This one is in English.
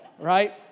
Right